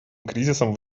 кризисом